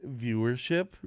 Viewership